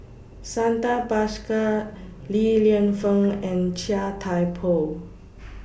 Santha Bhaskar Li Lienfung and Chia Thye Poh